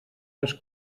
les